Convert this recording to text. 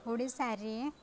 ଓଡ଼ିଶାରେ